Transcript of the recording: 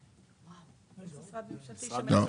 יש משרד ממשלתי שמתקצב.